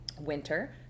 winter